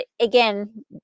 again